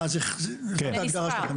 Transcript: אה, זאת ההגדרה.